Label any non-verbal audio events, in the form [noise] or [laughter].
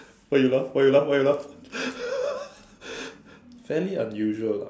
why you laugh why you laugh why you laugh [laughs] fairly unusual ah